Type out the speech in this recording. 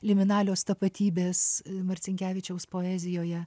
liuminalios tapatybės marcinkevičiaus poezijoje